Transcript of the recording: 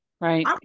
right